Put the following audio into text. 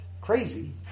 crazy